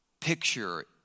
picture